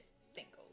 single